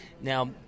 Now